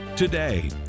Today